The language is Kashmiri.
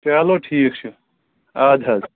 چَلو ٹھیٖک چھُ اَدٕ حظ